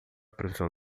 previsão